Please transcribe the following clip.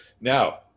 Now